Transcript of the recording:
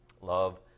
Love